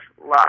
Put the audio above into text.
love